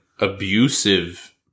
abusive